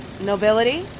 Nobility